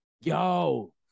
Yo